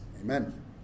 amen